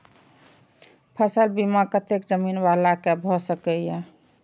फसल बीमा कतेक जमीन वाला के भ सकेया?